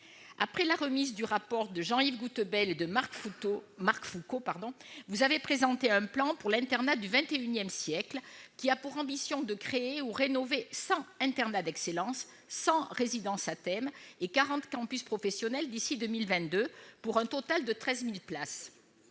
Après la remise du rapport de Jean-Yves Gouttebel et de Marc Foucault, vous avez présenté un plan pour l'internat du XXI siècle, qui a pour ambition de créer ou de rénover 100 internats d'excellence, 100 résidences à thèmes et 40 campus professionnels d'ici à 2022, pour un total de 13 000 places.